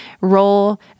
role